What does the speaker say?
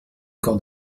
corps